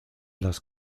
las